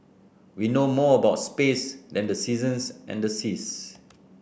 we know more about space than the seasons and the seas